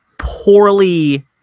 poorly